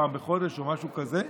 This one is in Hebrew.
פעם בחודש או משהו כזה.